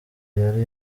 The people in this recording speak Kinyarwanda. yari